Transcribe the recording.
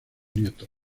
nietos